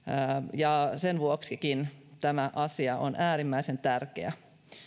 ja sen vuoksikin tämä asia on äärimmäisen tärkeä